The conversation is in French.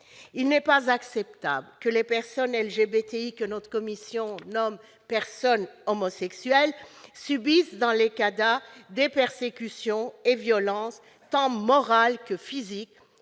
Il n'est pas acceptable que les personnes LGBTI, que notre commission nomme « personnes homosexuelles », subissent, dans les CADA, des persécutions et violences, tant morales que physiques,